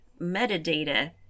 metadata